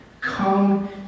come